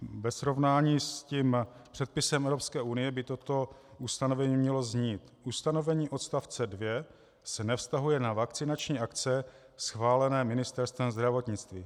Ve srovnání s předpisem Evropské unie by toto ustanovení mělo znít: Ustanovení odst. 2 se nevztahuje na vakcinační akce schválené Ministerstvem zdravotnictví.